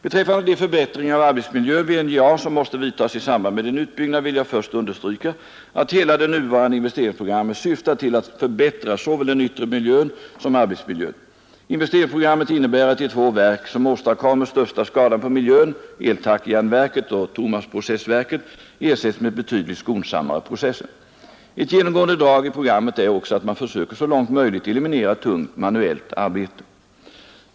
Beträffande de förbättringar av arbetsmiljön vid NJA som måste vidtas i samband med en utbyggnad vill jag först understryka, att hela det nuvarande investeringsprogrammet syftar till att förbättra såväl den yttre miljön som arbetsmiljön. Investeringsprogrammet innebär att de två verk som åstadkommer största skadan på miljön, eltackjärnverket och thomasprocessverket, ersätts med betydligt skonsammare processer. Ett genomgående drag i programmet är också att man försöker så långt möjligt eliminera tungt, manuellt arbete.